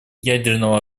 ядерного